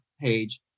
page